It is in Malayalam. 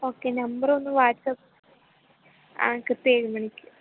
ഓക്കെ നമ്പറ് ഒന്ന് വാട്ട്സ്സപ്പ് കൃത്യം ഏഴുമണിക്ക്